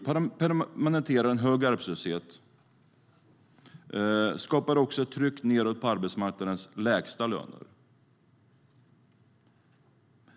Det permanentar en hög arbetslöshet. Det skapar också ett tryck nedåt på arbetsmarknadens lägsta löner.